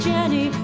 Jenny